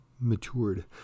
matured